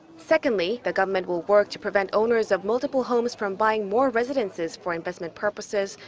secondly, the government will work to prevent owners of multiple homes from buying more residences for investment purposes,